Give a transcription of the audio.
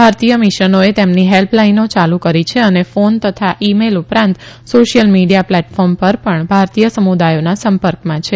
ભારતીય મિશનોએ તેમની હેલ્પલાઇનો યાલુ કરી છે અને ફોન તથા ઇ મેઇલ ઉપરાંત સોશિથલ મીડીયા પ્લેટફોર્મ પર પણ ભારતીય સમુદાયોના સંપર્કમાં છે